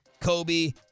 Kobe